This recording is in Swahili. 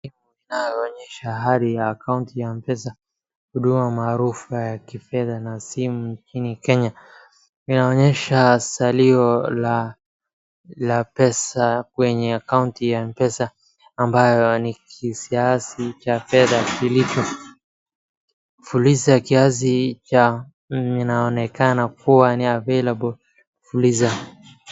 Inaonyesha hali ya account ya M-pesa huduma maarufa ya kifedha na simu, nchini Kenya, inaonyesha salio la pesa kwenye account ya M-pesa, ambayo ni kiasi cha pesa kilicho fuliza kiasi cha inaonekana kuwa ni available fuliza.